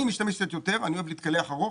אני משתמש קצת יותר, אני אוהב להתקלח ארוך,